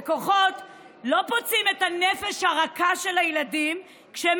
לא פוצעים את הנפש הרכה של הילדים כשהם